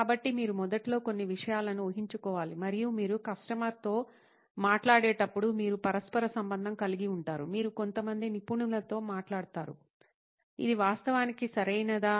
కాబట్టి మీరు మొదట్లో కొన్ని విషయాలను ఊహించుకోవాలి మరియు మీరు కస్టమర్తో మాట్లాడేటప్పుడు మీరు పరస్పర సంబంధం కలిగి ఉంటారు మీరు కొంతమంది నిపుణులతో మాట్లాడతారు ఇది వాస్తవానికి సరియైనదేనా